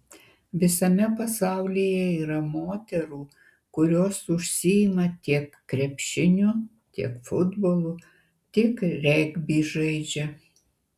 visame pasaulyje yra moterų kurios užsiima tiek krepšiniu tiek futbolu tiek regbį žaidžia